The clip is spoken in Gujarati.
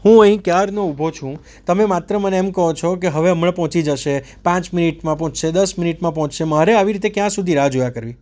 હું અહીં ક્યારનો ઊભો છું તમે માત્ર મને એમ કહો છો કે હવે હમણાં પહોંચી જશે પાંચ મિનિટમાં પહોંચશે દસ મિનિટમાં પહોંચશે મારે આવી રીતે ક્યાં સુધી રાહ જોયા કરવી